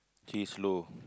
she's slow